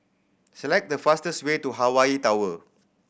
select the fastest way to Hawaii Tower